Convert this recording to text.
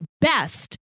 Best